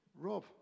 Rob